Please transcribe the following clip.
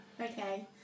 Okay